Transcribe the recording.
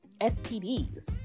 STDs